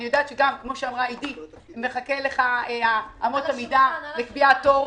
אני יודעת שמחכה על שולחנך חוזר מנכ"ל בעניין אמות המידה לקביעת תור.